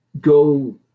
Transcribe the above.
go